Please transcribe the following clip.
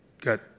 got